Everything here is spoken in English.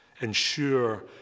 Ensure